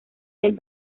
del